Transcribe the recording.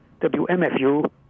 WMFU